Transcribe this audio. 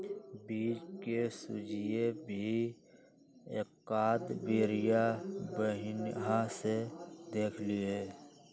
बीज के सूचियो भी एकाद बेरिया बनिहा से देख लीहे